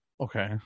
Okay